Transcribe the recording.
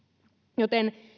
joten